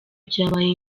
byabaye